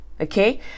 Okay